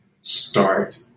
start